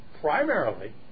primarily